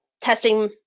testing